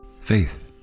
faith